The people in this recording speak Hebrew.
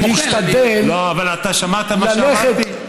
אני מוחל, להשתדל, אבל אתה שמעת מה שאמרתי?